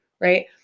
right